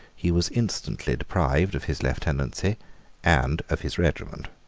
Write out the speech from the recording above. he was instantly deprived of his lieutenancy and of his regiment.